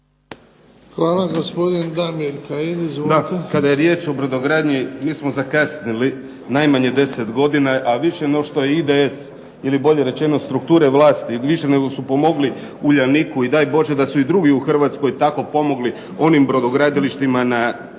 Hvala. Gospodin Damir Kajin. Izvolite.